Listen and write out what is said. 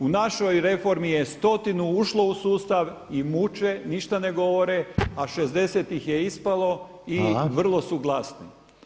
U našoj reformi je stotinu ušlo u sustav i muče, ništa ne govore, a 60 ih je ispalo i vrlo su glasni.